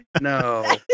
no